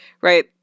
right